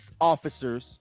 officers